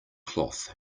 cloth